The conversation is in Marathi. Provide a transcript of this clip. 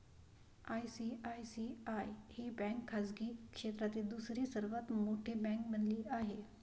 आय.सी.आय.सी.आय ही बँक खाजगी क्षेत्रातील दुसरी सर्वात मोठी बँक बनली आहे